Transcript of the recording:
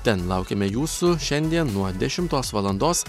ten laukiame jūsų šiandien nuo dešimtos valandos